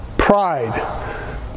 pride